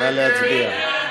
נא להצביע.